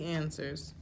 answers